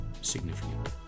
significant